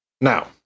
Now